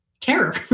terror